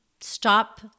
stop